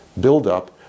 buildup